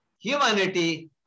humanity